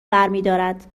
برمیدارد